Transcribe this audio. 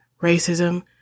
racism